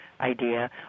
idea